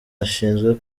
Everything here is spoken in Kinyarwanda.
bashinzwe